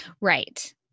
right